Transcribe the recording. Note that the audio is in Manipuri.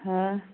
ꯍꯥ